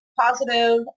positive